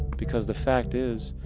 because the fact is,